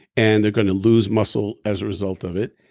and they're going to lose muscle as a result of it.